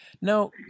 Now